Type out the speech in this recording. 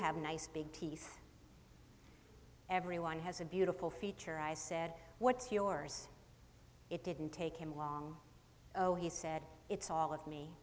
have nice big teeth everyone has a beautiful feature i said what's yours it didn't take him long oh he said it's all